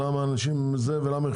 למה אנשים זה ולמה המחיר עולה.